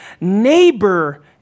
Neighbor